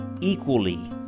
equally